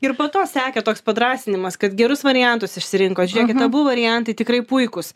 ir po to sekė toks padrąsinimas kad gerus variantus išsirinkot žiūrėkit abu variantai tikrai puikūs